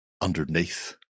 underneath